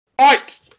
Right